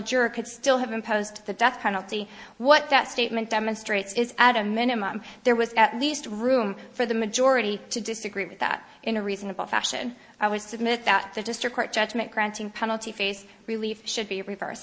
juror could still have imposed the death penalty what that statement demonstrates is at a minimum there was at least room for the majority to disagree with that in a reasonable fashion i would submit that the district court judgment granting penalty phase relief should be reverse